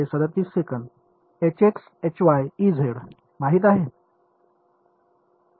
विद्यार्थी माहित आहे